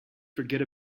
forget